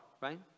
right